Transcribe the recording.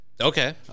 Okay